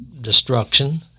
destruction